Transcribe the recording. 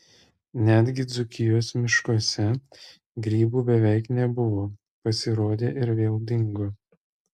netgi dzūkijos miškuose grybų beveik nebuvo pasirodė ir vėl dingo